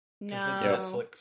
No